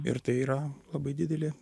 ir tai yra labai didelė